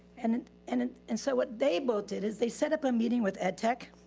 and and and and and so what they both did is they set up a meeting with ed tech.